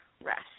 rest